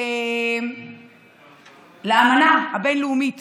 לאמנה הבין-לאומית